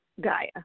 Gaia